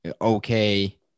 okay